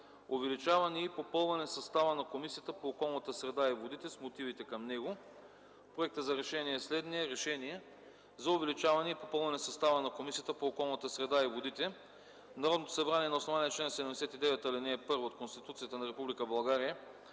увеличаване и попълване състава на Комисията по околната среда и водите с мотивите към него. Проектът за решение е следният: „РЕШЕНИЕ за увеличаване и попълване състава на Комисията по околната среда и водите Народното събрание на основание чл. 79, ал. 1 от Конституцията на Република